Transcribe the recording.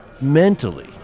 Mentally